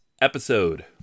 episode